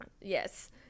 Yes